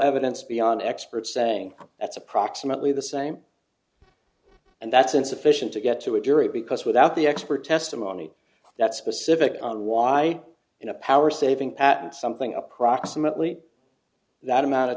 evidence beyond experts saying that's approximately the same and that's insufficient to get to a jury because without the expert testimony that's specific on why in a power saving patent something approximately that amount of